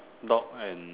dog and